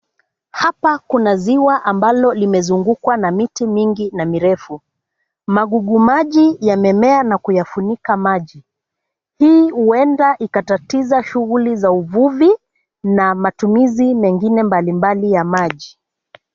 Hapa kuna ziwa ambalo limezungukwa na miti mingi na mirefu. Magugumaji yamemea na kuyafunika maji. Hii huenda ikatatiza shughuli za uvuvi na matumizi mengine mbalimbali ya maji.